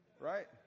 right